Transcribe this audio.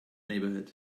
neighbourhood